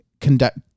conduct